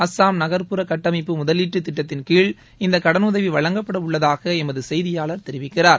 அஸாம் நகர்ப்புற கட்டமைப்பு முதலீட்டுத் திட்டத்தின்கீழ் இந்த கடனுதவி வழங்கப்படவுள்ளதாக எமது செய்தியாளர் தெரிவிக்கிறார்